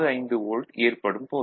65 volt ஏற்படும் போது